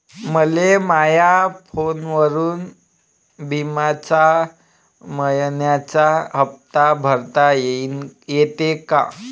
मले माया फोनवरून बिम्याचा मइन्याचा हप्ता भरता येते का?